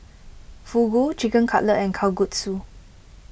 Fugu Chicken Cutlet and Kalguksu